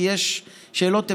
כי יש שאלות המשך,